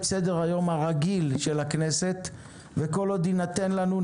סדר היום הרגיל של הכנסת וכל עוד יינתן לנו,